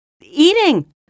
eating